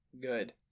good